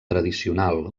tradicional